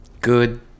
good